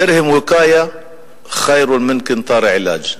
דִרְהַם וִקַאיַה חֵ'יר מִן קִנטאר עִלַאג';